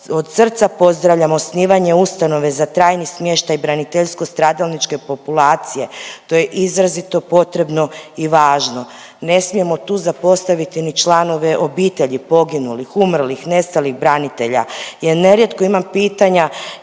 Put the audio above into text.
od srca pozdravljam osnivanje ustanove za trajni smještaj braniteljsko stradalničke populacije. To je izrazito potrebno i važno. Ne smijemo tu zapostaviti ni članove obitelji poginulih, umrlih, nestalih branitelja jer nerijetko imam pitanja